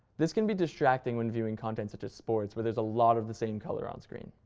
this can be distracting when viewing content such as sports, where there's a lot of the same color on screen.